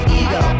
ego